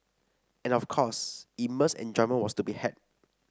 and of course immense enjoyment was to be had